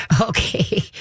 Okay